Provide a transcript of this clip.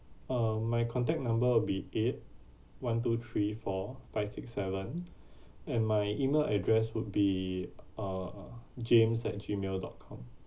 uh my contact number will be eight one two three four five six seven and my email address would be uh james at gmail dot com